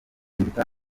biruta